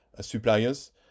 suppliers